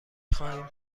خواهیم